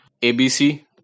ABC